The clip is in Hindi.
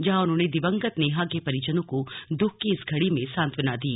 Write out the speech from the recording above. जहां उन्होंने दिवंगत नेहा के परिजनों को दुःख की इस घड़ी में सांत्वना दी